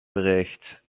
verricht